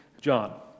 John